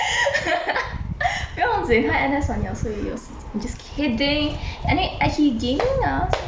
不用经他 N_S 完了所以有时间 just kidding anyw~ he gaming ah so 不用经 ah